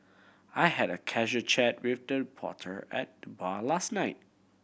I had a casual chat with the reporter at the bar last night